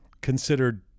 considered